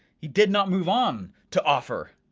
he did not move on to offer.